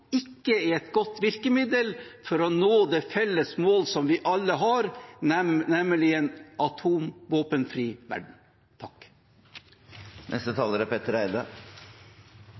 ikke er et godt virkemiddel for å nå det felles mål som vi alle har, nemlig en atomvåpenfri verden. Nå skal jeg koste på meg et smil. Det er